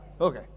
okay